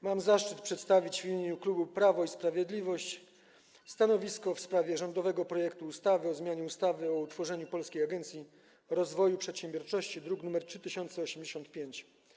Mam zaszczyt przedstawić w imieniu klubu Prawo i Sprawiedliwość stanowisko w sprawie rządowego projektu ustawy o zmianie ustawy o utworzeniu Polskiej Agencji Rozwoju Przedsiębiorczości, druk nr 3085.